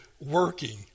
working